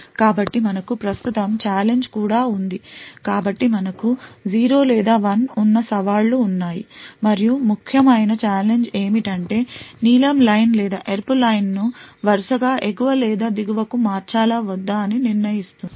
కాబట్టి మనకు ప్రస్తుతం ఛాలెంజ్ కూడా ఉంది కాబట్టి మనకు 0 లేదా 1 ఉన్న సవాళ్లు ఉన్నాయి మరియు ముఖ్యమైన ఛాలెంజ్ ఏమిటంటే నీలం లైన్ లేదా ఎరుపు లైన్ ను వరుసగా ఎగువ లేదా దిగువకు మార్చాలా వద్దా అని నిర్ణయిస్తుంది